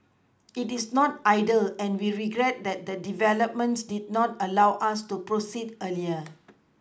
it is not ideal and we regret that the developments did not allow us to proceed earlier